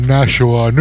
Nashua